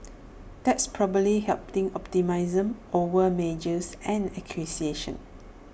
that's probably helping optimism over mergers and acquisitions